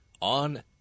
on